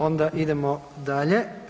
Onda idemo dalje.